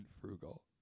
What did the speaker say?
Frugal